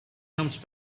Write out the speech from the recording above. comes